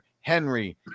Henry